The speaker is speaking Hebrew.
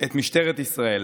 את משטרת ישראל,